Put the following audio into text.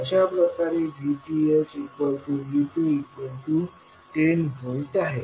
अशाप्रकारे VThV210V आहे